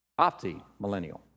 Optimillennial